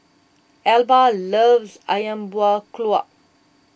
Elba loves Ayam Buah Keluak